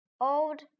old